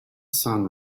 sun